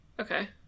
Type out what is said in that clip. okay